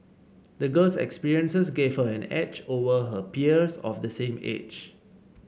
the girl's experiences gave her an edge over her peers of the same age